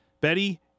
Betty